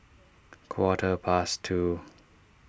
quarter past two